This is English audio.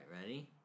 ready